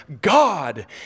God